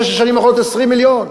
בשש השנים האחרונות, 20 מיליון.